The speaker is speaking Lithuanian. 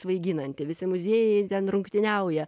svaiginanti visi muziejai ten rungtyniauja